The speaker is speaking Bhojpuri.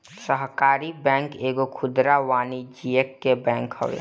सहकारी बैंक एगो खुदरा वाणिज्यिक बैंक हवे